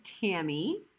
Tammy